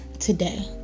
today